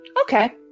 Okay